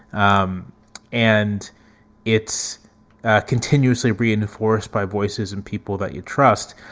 um and it's continuously reinforced by voices and people that you trust.